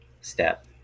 step